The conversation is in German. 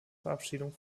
verabschiedung